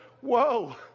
whoa